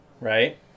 right